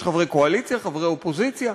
יש חברי קואליציה, חברי אופוזיציה.